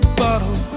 bottle